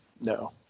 No